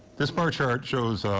this but chart shows